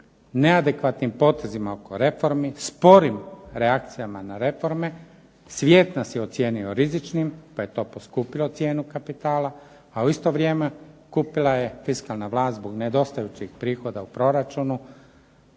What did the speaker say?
neadekvatnim potezima oko reformi, sporim reakcijama na reforme, svijet nas je ocijenio rizičnim pa je to poskupilo cijenu kapitala a u isto vrijeme kupila je fiskalna vlast zbog nedostajućih prihoda u proračunu